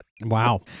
Wow